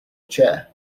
chair